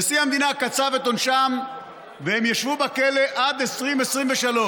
נשיא המדינה קצב את עונשם והם ישבו בכלא עד 2023,